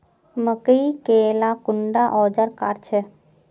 मकई के ला कुंडा ओजार काट छै?